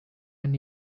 and